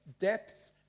depth